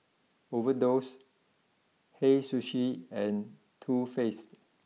Overdose Hei Sushi and Too Faced